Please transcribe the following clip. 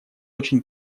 очень